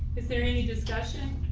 is there any discussion?